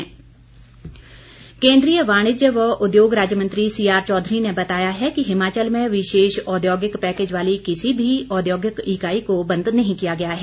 औद्योगिक पैकेज केंद्रीय वाणिज्य व उद्योग राज्यमंत्री सी आर चौधरी ने बताया है कि हिमाचल में विशेष औद्योगिक पैकेज वाली किसी भी औद्योगिक इकाई को बंद नहीं किया गया है